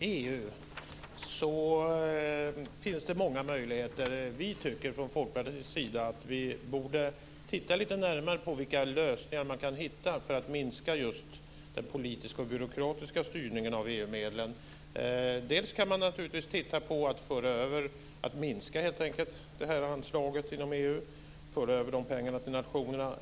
Herr talman! När det gäller EU-medlen finns det många möjligheter. Vi tycker från Folkpartiets sida att vi borde titta lite närmare på vilka lösningar man kan hitta för att minska just den politiska och byråkratiska styrningen av EU-medlen. Man kan minska anslaget inom EU och föra över de pengarna till nationerna.